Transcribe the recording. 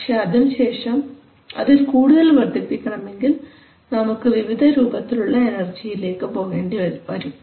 പക്ഷേ അതിനുശേഷം അതിൽ കൂടുതൽ വർദ്ധിപ്പിക്കണമെങ്കിൽ നമുക്ക് വിവിധ രൂപത്തിലുള്ള എനർജിയിലേക്ക് പോകേണ്ടിവരും